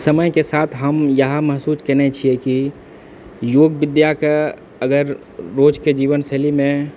समयके साथ हम इएह महसूस केने छियै की योगविद्याके अगर रोजके जीवन शैलीमे